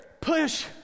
push